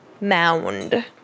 mound